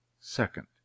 second